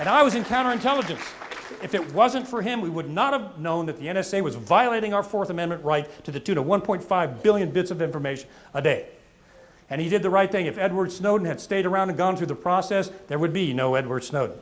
and i was in counterintelligence if it wasn't for him we would not have known that the n s a was violating our fourth amendment right to the tune of one point five billion bits of information a day and he did the right thing if edward snowden had stayed around and gone through the process there would be no edward snow